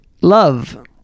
Love